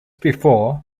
before